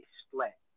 split